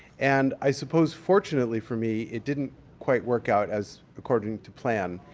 and i suppose fortunately for me, it didn't quite work out as according to plan.